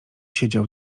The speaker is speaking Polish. siedział